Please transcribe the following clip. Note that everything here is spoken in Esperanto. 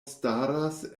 staras